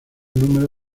número